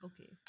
Okay